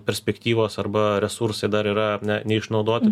perspektyvos arba resursai dar yra neišnaudoti